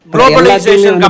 Globalization